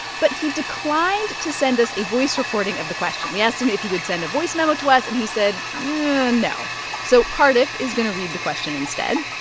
but he declined to send us a voice recording of the question. we asked him if he could send a voice memo to us, and he said no. so cardiff is going to read the question instead